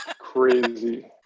crazy